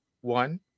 One